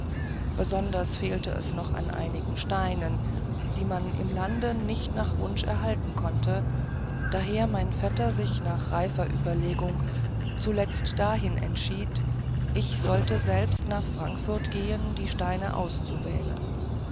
besonders fehlte es noch an einigen steinen die man im lande nicht nach wunsch erhalten konnte daher mein vetter sich nach reifer überlegung zuletzt dahin entschied ich sollte selbst nach frankfurt gehn die steine auszuwählen